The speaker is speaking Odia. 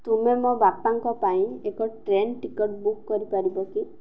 ତୁମେ ମୋ ବାପାଙ୍କ ପାଇଁ ଏକ ଟ୍ରେନ ଟିକେଟ୍ ବୁକ୍ କରିପାରିବ କି